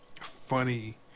funny